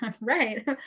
right